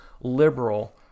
liberal